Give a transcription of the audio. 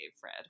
fred